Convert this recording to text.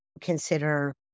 consider